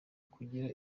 kugira